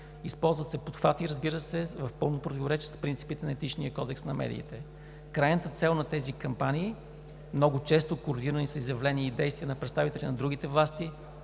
Използват се похвати, разбира се, в пълно противоречие с принципите на Етичния кодекс на медиите. Крайната цел на тези кампании, много често коригирани с изявления и действия на представители на другите власти,